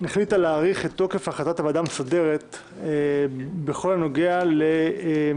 החליטה להאריך את תוקף החלטת הוועדה המסדרת בכל הנוגע להשתתפות